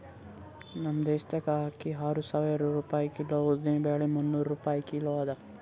ನಮ್ ದೇಶದಾಗ್ ಅಕ್ಕಿ ಆರು ಸಾವಿರ ರೂಪಾಯಿ ಕಿಲೋ, ಉದ್ದಿನ ಬ್ಯಾಳಿ ಮುನ್ನೂರ್ ರೂಪಾಯಿ ಕಿಲೋ ಅದಾ